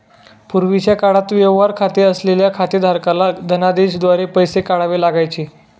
पूर्वीच्या काळात व्यवहार खाते असलेल्या खातेधारकाला धनदेशाद्वारे पैसे काढावे लागायचे